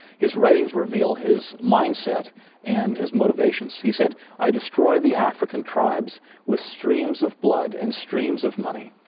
his writings reveal his mindset and his motivations. he said i destroy the african tribes with streams of blood and streams of money.